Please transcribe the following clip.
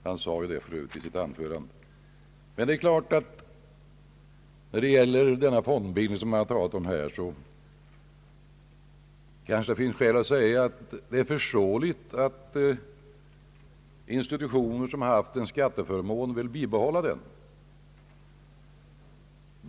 Men det är klart att det, när det gäller den fondbildning som det här har talats om, kan sägas att det är förståeligt att institutioner som haft en skatteförmån vill behålla den.